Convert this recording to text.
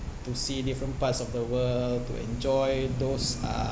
to see different parts of the world to enjoy those uh